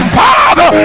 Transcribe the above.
father